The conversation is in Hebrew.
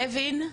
קווין,